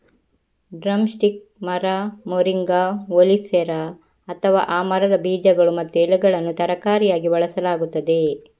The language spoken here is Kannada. ಡ್ರಮ್ ಸ್ಟಿಕ್ ಮರ, ಮೊರಿಂಗಾ ಒಲಿಫೆರಾ, ಅಥವಾ ಆ ಮರದ ಬೀಜಗಳು ಮತ್ತು ಎಲೆಗಳನ್ನು ತರಕಾರಿಯಾಗಿ ಬಳಸಲಾಗುತ್ತದೆ